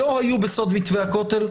לא היו בסוד מתווה הכותל?